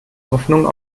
hoffnung